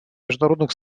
международных